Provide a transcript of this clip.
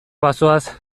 bazoaz